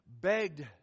begged